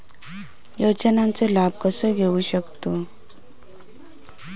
योजनांचा लाभ कसा घेऊ शकतू?